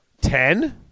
ten